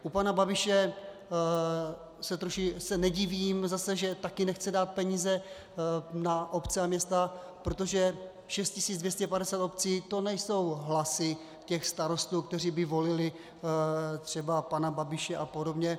U pana Babiše se nedivím zase, že taky nechce dát peníze na obce a města, protože 6 250 obcí, to nejsou hlasy těch starostů, kteří by volili třeba pana Babiše apod.